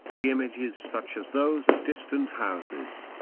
the images such as those of distant houses,